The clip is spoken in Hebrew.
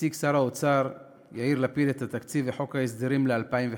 הציג שר האוצר יאיר לפיד את התקציב ואת חוק ההסדרים ל-2015,